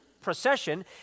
procession